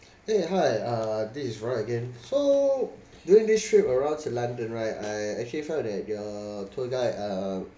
eh hi uh this is roy again so during this trip around to london right I actually felt that your tour guide uh